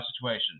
situation